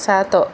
ସାତ